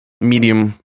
medium